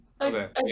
Okay